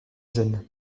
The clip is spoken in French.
jeune